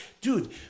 dude